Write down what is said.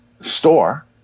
store